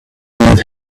need